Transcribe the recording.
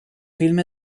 film